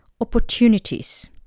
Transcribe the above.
opportunities